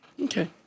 Okay